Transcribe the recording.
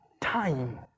time